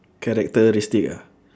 characteristic ah